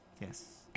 Yes